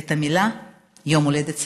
את המילים "יום הולדת שמח"?